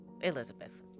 Elizabeth